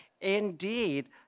indeed